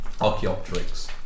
Archaeopteryx